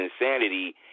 insanity